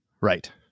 Right